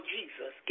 Jesus